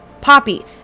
Poppy